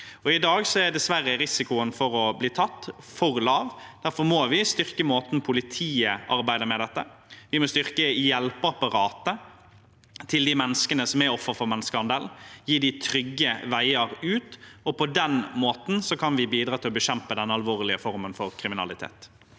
I dag er dessverre risikoen for å bli tatt for lav, og derfor må vi styrke måten politiet arbeider med dette på. Vi må styrke hjelpeapparatet til de menneskene som er offer for menneskehandel, gi dem trygge veier ut. På den måten kan vi bidra til å bekjempe denne alvorlige formen for kriminalitet.